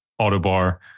Autobar